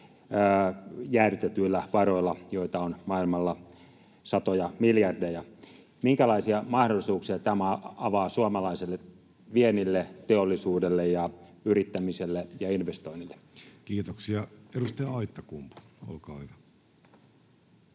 jäädytetyillä varoilla, joita on maailmalla satoja miljardeja. Minkälaisia mahdollisuuksia tämä avaa suomalaiselle viennille, teollisuudelle ja yrittämiselle ja investoinneille? Kiitoksia. — Edustaja Aittakumpu, olkaa hyvä.